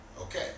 Okay